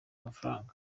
amafaranga